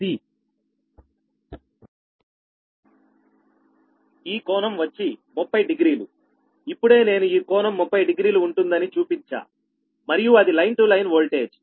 ఈ కోణం వచ్చి 30 డిగ్రీలు ఇప్పుడే నేను ఈ కోణం 30 డిగ్రీలు ఉంటుంది అని చూపించా మరియు అది లైన్ టు లైన్ వోల్టేజ్